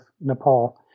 Nepal